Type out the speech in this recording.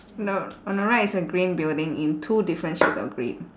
no on the right is a green building in two different shades of grey